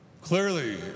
Clearly